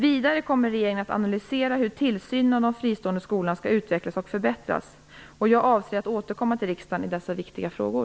Vidare kommer regeringen att analysera hur tillsynen av de fristående skolorna skall utvecklas och förbättras. Jag avser att återkomma till riksdagen i dessa viktiga frågor.